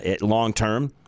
long-term